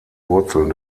wurzeln